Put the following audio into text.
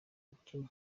yakinnye